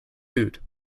boot